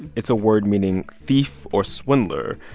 it's a word meaning thief or swindler,